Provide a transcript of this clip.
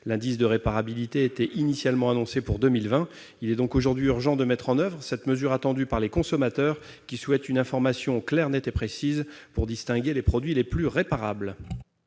l'indice de réparabilité était initialement annoncée pour 2020, il est donc aujourd'hui urgent de mettre en oeuvre cette mesure attendue par les consommateurs, qui souhaitent une information claire, nette et précise leur permettant de distinguer les produits les plus réparables.